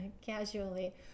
casually